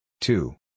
Two